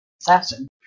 assassin